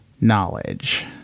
knowledge